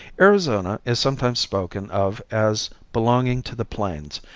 arizona is sometimes spoken of as belonging to the plains,